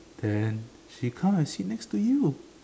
then she come and sit next to you